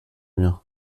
mien